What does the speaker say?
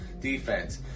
defense